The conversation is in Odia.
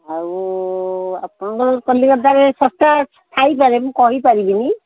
ଆଉ ଆପଣଙ୍କର କଲିକତାରେ ଶସ୍ତାା ଥାଇପାରେ ମୁଁ କହିପାରିବିନି